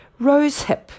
rosehip